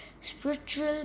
spiritual